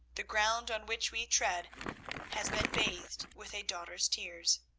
the ground on which we tread has been bathed with a daughter's tears.